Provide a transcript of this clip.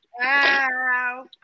Wow